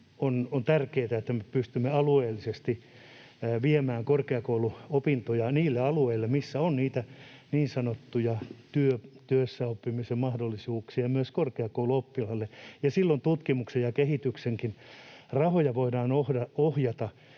On tärkeätä, että me pystymme alueellisesti viemään korkeakouluopintoja niille alueille, missä on niitä niin sanottuja työssäoppimisen mahdollisuuksia myös korkeakouluopiskelijoille, ja silloin tutkimuksen ja kehityksenkin rahoja voidaan ohjata